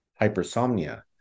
hypersomnia